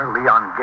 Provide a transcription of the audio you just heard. Leon